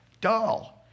dull